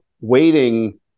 waiting